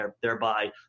thereby